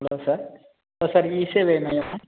hello sir hello sir இ சேவை மையமா